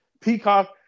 Peacock